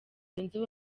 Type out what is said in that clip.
zunze